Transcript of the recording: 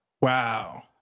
Wow